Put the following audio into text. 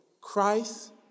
Christ